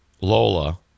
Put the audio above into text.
Lola